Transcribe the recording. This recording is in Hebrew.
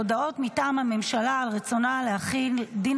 הודעות מטעם הממשלה על רצונה להחיל דין